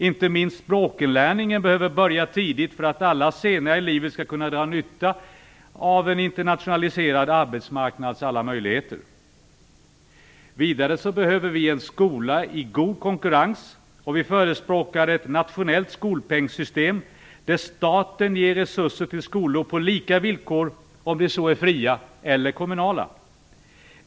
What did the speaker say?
Inte minst språkinlärningen behöver börja tidigt för att alla senare i livet skall kunna dra nytta av en internationaliserad arbetsmarknads alla möjligheter. Vidare behöver vi en skola i god konkurrens. Vi förespråkar ett nationellt skolpengssystem där staten ger resurser till skolor på lika villkor om de så är fria eller kommunala.